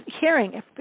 hearing